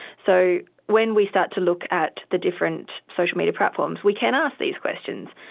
so when we start to look at the different social media platforms we can ask these questions,